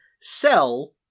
sell